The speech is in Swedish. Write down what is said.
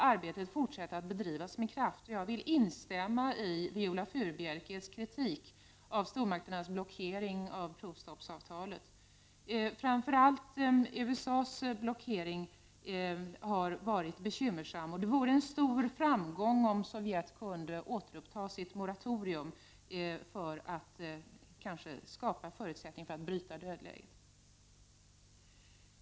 Arbetet måste fortsätta att drivas med kraft. Jag vill instämma i Viola Furubjelkes kritik mot stormakternas blockering 45 av provstoppsavtalet. USA:s blockering har fram förallt varit bekymmersam. Det vore en stor framgång om Sovjet kunde återuppta sitt moratorium för att skapa förutsättning för att bryta dödläget.